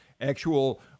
actual